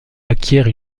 acquiert